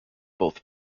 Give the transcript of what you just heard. both